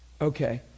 okay